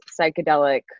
psychedelic